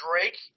Drake